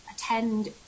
attend